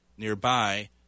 nearby